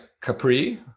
Capri